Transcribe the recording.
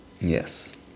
Yes